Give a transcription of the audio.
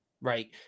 right